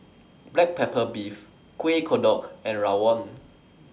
Black Pepper Beef Kueh Kodok and Rawon